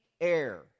air